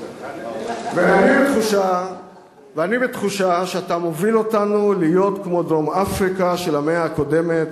ואני בתחושה שאתה מוביל אותנו להיות כמו דרום-אפריקה של המאה הקודמת,